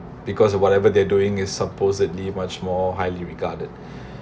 because whatever they're doing is supposedly much more highly regarded